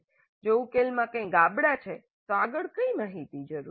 જો ઉકેલમાં ગાબડાં છે તો આગળ કઈ માહિતી જરૂરી છે